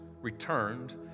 returned